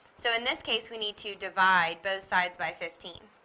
so in this case, we need to divide both sides by fifteen.